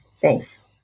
thanks